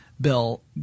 bill